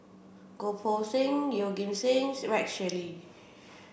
Goh Poh Seng Yeoh Ghim Seng Rex Shelley